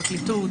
הפרקליטות,